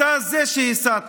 אתה זה שהסית.